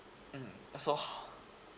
mm so